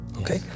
Okay